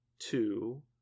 Two